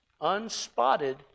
unspotted